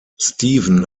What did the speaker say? steven